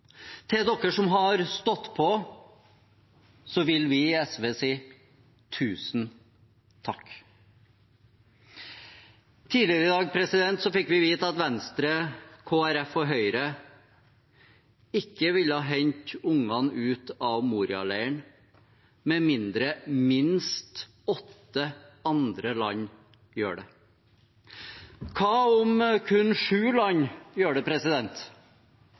Til dem som har stått på, vil vi i SV si tusen takk. Tidligere i dag fikk vi vite at Venstre, Kristelig Folkeparti og Høyre ikke vil hente barna ut av Moria-leiren med mindre minst åtte andre land gjør det samme. Hva om kun sju land gjør det?